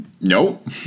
Nope